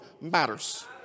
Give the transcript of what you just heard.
Matters